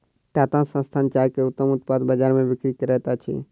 टाटा संस्थान चाय के उत्तम उत्पाद बजार में बिक्री करैत अछि